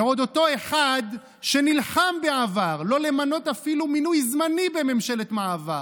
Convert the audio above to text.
ועוד אותו אחד שנלחם בעבר לא למנות אפילו מינוי זמני בממשלת מעבר,